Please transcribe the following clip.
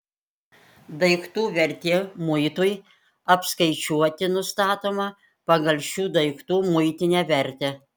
daiktų vertė muitui apskaičiuoti nustatoma pagal šių daiktų muitinę vertę